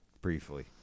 briefly